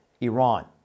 Iran